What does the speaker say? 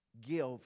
give